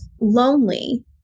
lonely